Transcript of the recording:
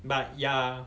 but ya